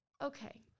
Okay